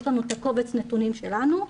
יש לנו את קובץ הנתונים שלנו,